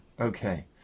okay